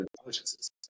intelligences